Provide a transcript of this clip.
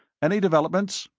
any developments?